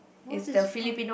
what is pun